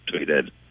tweeted